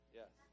yes